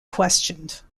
questioned